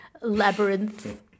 labyrinth